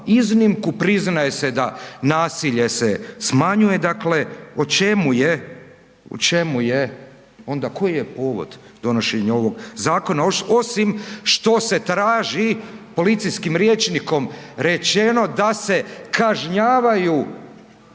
iznimku priznaje se da nasilje se smanjuje, dakle o čemu je, u čemu je koji je povodi donošenje ovog zakona osim što se traži policijskim rječnikom rečeno da se kažnjavaju